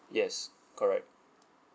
yes correct